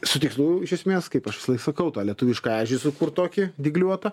su tikslu iš esmės kaip aš sakau tą lietuvišką ežį sukurt tokį dygliuotą